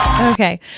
Okay